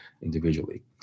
individually